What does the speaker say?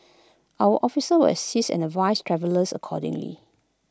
our officer will assist and advise travellers accordingly